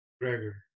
gregor